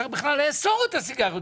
צריך בכלל לאסור את השימוש בסיגריות